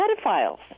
pedophiles